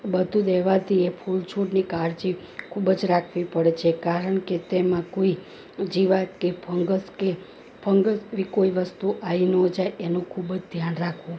બધું દેવાથી એ ફૂલ છોડની કાળજી ખૂબજ રાખવી પડે છે કારણ કે તેમાં કોઈ જીવાત કે ફંગસ કે ફંગસ એવી કોઈ વસ્તુઓ આવી ન જાય એનો ખૂબ જ ધ્યાન રાખવું